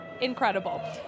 Incredible